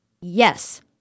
Yes